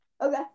Okay